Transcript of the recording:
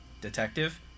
detective